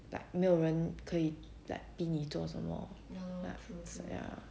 like 没有人可以 like 逼你做什么 like so ya